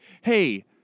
hey